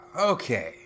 Okay